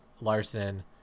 Larson